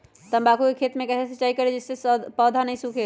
तम्बाकू के खेत मे कैसे सिंचाई करें जिस से पौधा नहीं सूखे?